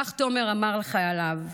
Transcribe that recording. כך תומר אמר לחייליו: